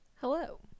Hello